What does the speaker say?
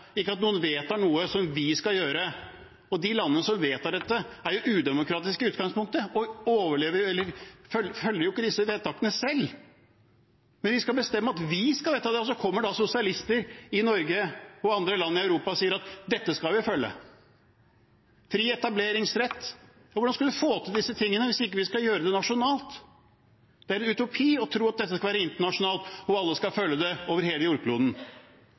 ikke at noen vedtar noe vi skal gjøre. De landene som vedtar dette, er udemokratiske i utgangspunktet og følger ikke disse vedtakene selv. Men vi skal bestemme at vi skal vedta det, og så kommer da sosialister i Norge og andre land i Europa og sier at dette skal vi følge. Fri etableringsrett – hvordan skal man få til disse tingene hvis vi ikke skal gjøre det nasjonalt? Det er en utopi å tro at dette skal være internasjonalt, og at alle skal følge det over hele jordkloden.